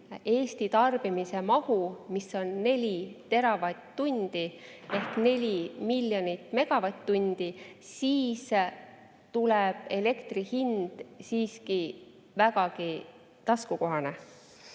elektritarbimise mahuga, mis on 4 teravatt-tundi ehk 4 miljonit megavatt-tundi, siis tuleb elektri hind siiski vägagi taskukohane.